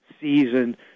season